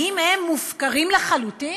האם הם מופקרים לחלוטין?